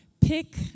pick